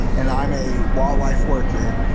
and i'm a wildlife worker.